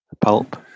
Pulp